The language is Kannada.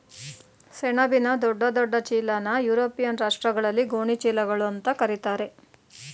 ಸೆಣಬಿನ ದೊಡ್ಡ ದೊಡ್ಡ ಚೀಲನಾ ಯುರೋಪಿಯನ್ ರಾಷ್ಟ್ರಗಳಲ್ಲಿ ಗೋಣಿ ಚೀಲಗಳು ಅಂತಾ ಕರೀತಾರೆ